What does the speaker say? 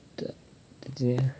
त्यो त्यो चाहिँ